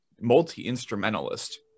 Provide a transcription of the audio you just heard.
multi-instrumentalist